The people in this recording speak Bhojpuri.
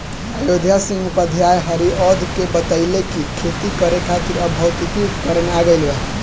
अयोध्या सिंह उपाध्याय हरिऔध के बतइले कि खेती करे खातिर अब भौतिक उपकरण आ गइल बा